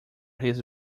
his